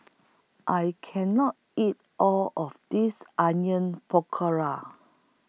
I Can not eat All of This Onion Pakora